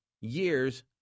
years